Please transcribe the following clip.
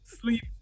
Sleep